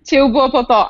čia jau buvo po to